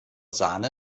sahne